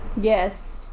Yes